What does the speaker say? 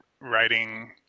writing